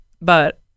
But-